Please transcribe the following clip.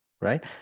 right